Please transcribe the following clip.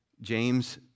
James